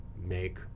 make